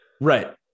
Right